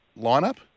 lineup